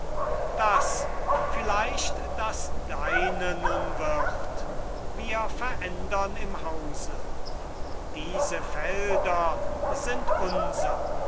das vielleicht das deine nun wird wir verändern im hause diese felder sind unser